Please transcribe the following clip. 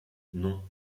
non